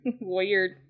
Weird